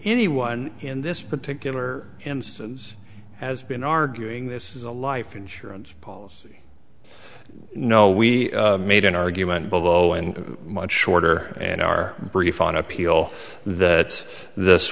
anyone in this particular instance has been arguing this is a life insurance policy you know we made an argument below and much shorter and our brief on appeal that this